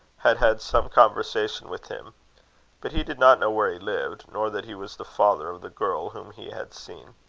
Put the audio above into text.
had had some conversation with him but he did not know where he lived, nor that he was the father of the girl whom he had seen.